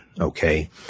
okay